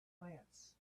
plants